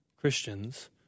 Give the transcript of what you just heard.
Christians